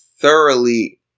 thoroughly